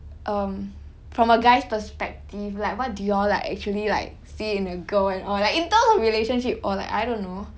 um from a guy's perspective like what do you all like actually like see in a girl and all like in terms of a relationship or like I don't know